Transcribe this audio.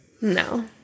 No